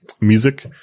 music